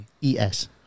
E-S